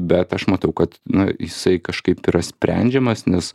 bet aš matau kad nu jisai kažkaip yra sprendžiamas nes